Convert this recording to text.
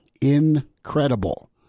Incredible